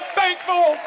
thankful